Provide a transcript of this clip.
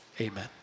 amen